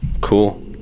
Cool